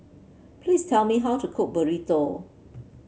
please tell me how to cook Burrito